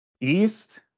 east